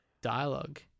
dialogue